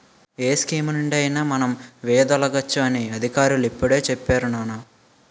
ఏ స్కీమునుండి అయినా మనం వైదొలగవచ్చు అని అధికారులు ఇప్పుడే చెప్పేరు నాన్నా